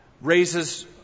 raises